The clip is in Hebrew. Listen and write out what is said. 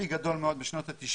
פיק גדול מאוד בשנות ה-90